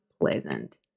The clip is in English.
pleasant